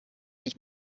ich